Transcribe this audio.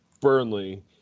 Burnley